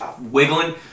wiggling